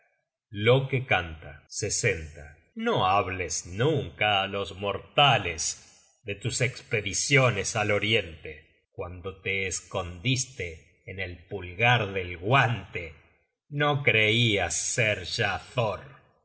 ver loke canta no hables nunca á los mortales de tus espediciones al oriente cuando te escondiste en el pulgar del guante no creias ser ya thor